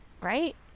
Right